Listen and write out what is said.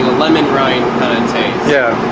lemon rind kind of taste.